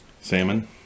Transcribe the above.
Salmon